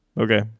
Okay